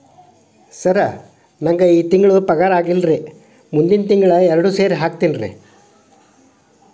sir ನಂಗ ಈ ತಿಂಗಳು ಪಗಾರ ಆಗಿಲ್ಲಾರಿ ಮುಂದಿನ ತಿಂಗಳು ಎರಡು ಸೇರಿ ಹಾಕತೇನ್ರಿ